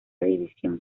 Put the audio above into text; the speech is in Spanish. división